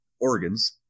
organs